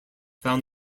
found